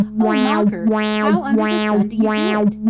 oh, mocker, how under the sun do you do it?